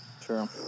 True